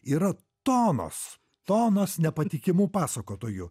yra tonos tonos nepatikimų pasakotojų